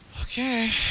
Okay